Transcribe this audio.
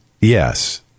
yes